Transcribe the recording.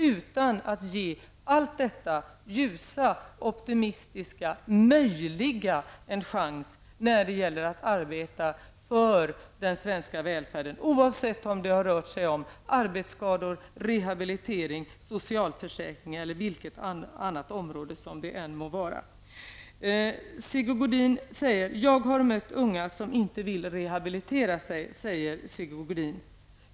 Men man ger inte det som är ljust, optimistiskt eller möjligt en chans när det gäller att arbeta för den svenska välfärden, oavsett om det har rört sig om arbetsskador, rehabilitering, socialförsäkring eller vilket annat område som det än må vara fråga om. Sigge Godin säger att han har mött unga som inte vill rehabiliteras.